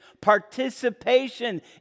participation